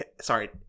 sorry